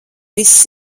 viss